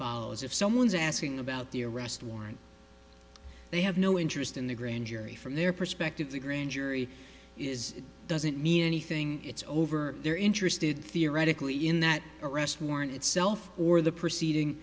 follows if someone's asking about the arrest warrant they have no interest in the grand jury from their perspective the grand jury is doesn't mean anything it's over they're interested theoretically in that arrest warrant itself or the proceeding